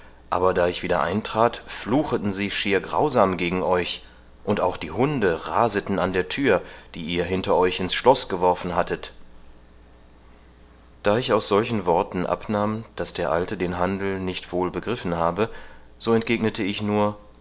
aber da ich wieder eintrat flucheten sie schier grausam gegen euch und auch die hunde raseten an der thür die ihr hinter euch ins schloß geworfen hattet da ich aus solchen worten abnahm daß der alte den handel nicht wohl begriffen habe so entgegnete ich nur